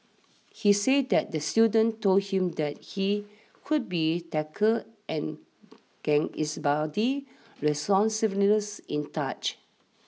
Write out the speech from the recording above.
he said that the student told him that he could be tickled and gauge his body's responsiveness in touch